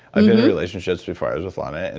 and in relationships before i was with lana, and